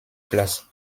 place